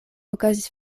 okazis